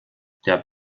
der